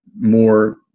more